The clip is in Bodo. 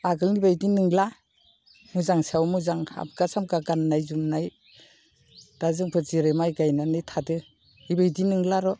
आगोलनि बादि नंला मोजां सायाव मोजां हामखा सोमखा गान्नाय जोमनाय दा जोंफोर जेरै माइ गायनानै थादों बेबायदि नंला र'